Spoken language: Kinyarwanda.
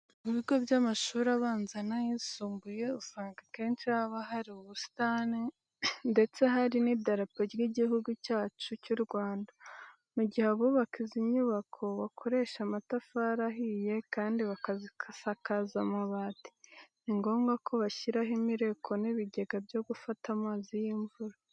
Mu bigo by'amashuri abanza n'ayisumbuye usanga akenshi haba hari ubusitani ndetse hari n'Idarapo ry'Igihugu cyacu cy'u Rwanda. Mu gihe abubaka izi nyubako bakoresha amatafari ahiye kandi bakazisakaza amabati, ni ngombwa ko bashyiraho imireko n'ibigega byo gufata amazi y'imvura.